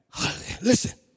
Listen